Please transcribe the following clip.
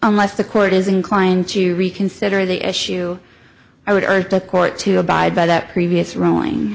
unless the court is inclined to reconsider the issue i would urge the court to abide by that previous rowing